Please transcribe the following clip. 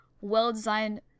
well-designed